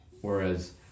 whereas